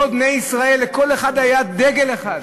כל בני ישראל, לכל אחד היה דגל אחד.